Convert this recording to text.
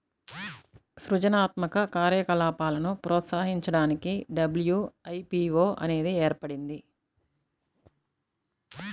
సృజనాత్మక కార్యకలాపాలను ప్రోత్సహించడానికి డబ్ల్యూ.ఐ.పీ.వో అనేది ఏర్పడింది